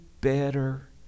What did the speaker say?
better